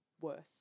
worse